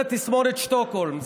זה תסמונת שטוקהולם.